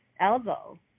elbow